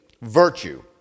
virtue